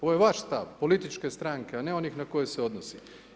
Ovo je vaš stav, političke stranke, a ne onih na koje se odnosi.